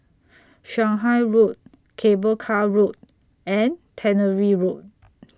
Shanghai Road Cable Car Road and Tannery Road